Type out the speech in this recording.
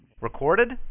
Recorded